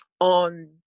on